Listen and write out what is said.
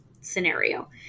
scenario